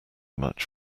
much